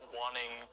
wanting